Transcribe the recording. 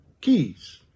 Keys